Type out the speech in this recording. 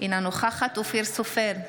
אינה נוכחת אופיר סופר,